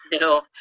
no